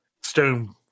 stone